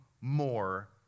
more